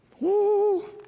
Woo